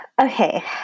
Okay